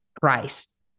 price